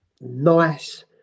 Nice